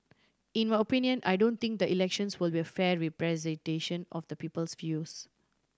in my opinion I don't think the elections will be a fair representation of the people's views